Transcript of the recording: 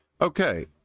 Okay